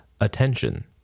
attention